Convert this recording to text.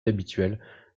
habituelle